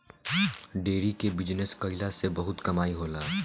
dairy के business कईला से बहुते कमाई होला